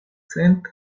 cent